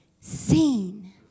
seen